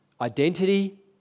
identity